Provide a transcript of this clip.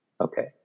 okay